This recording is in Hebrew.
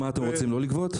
מה אתם רוצים, לא לגבות?